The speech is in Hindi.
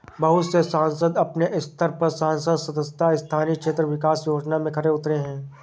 बहुत से संसद अपने स्तर पर संसद सदस्य स्थानीय क्षेत्र विकास योजना में खरे उतरे हैं